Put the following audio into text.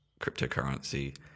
cryptocurrency